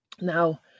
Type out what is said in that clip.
Now